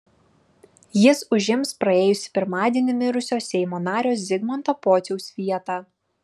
jis užims praėjusį pirmadienį mirusio seimo nario zigmanto pociaus vietą